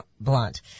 Blunt